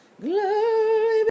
Glory